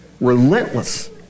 relentless